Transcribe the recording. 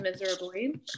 miserably